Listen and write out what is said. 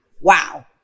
Wow